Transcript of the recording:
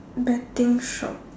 betting shop